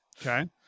Okay